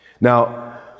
Now